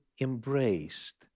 embraced